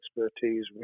expertise